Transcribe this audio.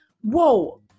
whoa